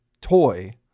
toy